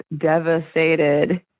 devastated